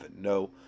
no